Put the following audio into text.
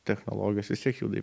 technologijos vis tiek juda